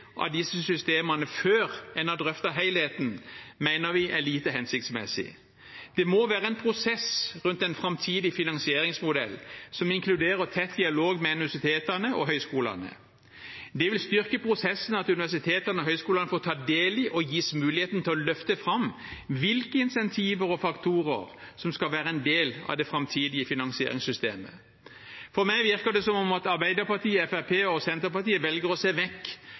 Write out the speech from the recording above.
av disse systemene, før en har drøftet helheten, mener vi er lite hensiktsmessig. Det må være en prosess rundt en framtidig finansieringsmodell som inkluderer tett dialog med universitetene og høyskolene. Det vil styrke prosessen at universitetene og høyskolene får ta del i og gis muligheten til å løfte fram hvilke insentiver og faktorer som skal være en del av det framtidige finansieringssystemet. For meg virker det som Arbeiderpartiet, Fremskrittspartiet og Senterpartiet velger å se vekk